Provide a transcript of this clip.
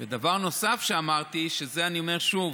דבר נוסף שאמרתי, ואת זה אני אומר שוב: